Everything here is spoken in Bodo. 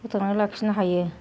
फोथांनानै लाखिनो हायो